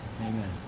Amen